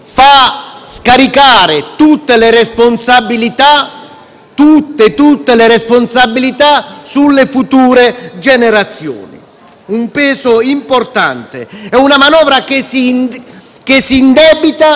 tutte le responsabilità sulle future generazioni. Un peso importante. È una manovra che si indebita e con l'indebitamento cosa riesce a fare? Nessun